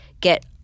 get